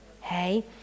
Hey